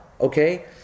okay